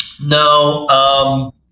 no